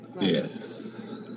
Yes